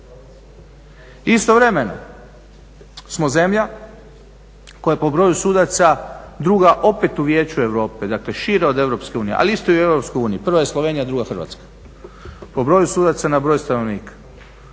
Istovremeno smo zemlja koja po broju sudaca druga opet u Vijeću Europe, dakle šire od Europske unije, ali isto i u Europskoj uniji, prva je Slovenija, druga Hrvatska, po broju sudaca na broj stanovnika.